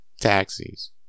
taxis